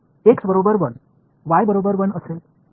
तर x बरोबर 1 y बरोबर 1 असेल